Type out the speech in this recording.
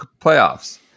playoffs